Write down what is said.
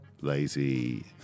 lazy